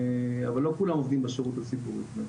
אבל לא כולם עובדים בשירות הציבורי.